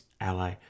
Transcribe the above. ally